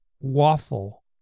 waffle